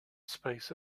space